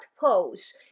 pose